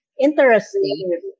interesting